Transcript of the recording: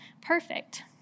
perfect